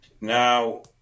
Now